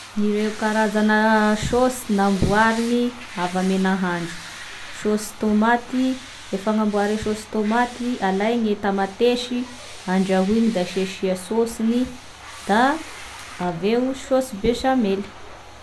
Ireo karazana saosy namboariny avy ame nahandro: saosy tômaty, e fagnamboary saosy tomaty, alaigny e tamatesy, andrahoigna da asiasia saosiny, da aveo saosy bechamel